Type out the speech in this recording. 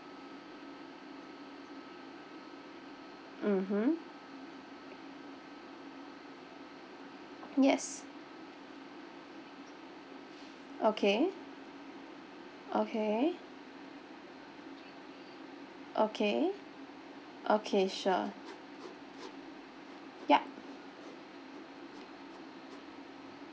mmhmm yes okay okay okay okay sure yup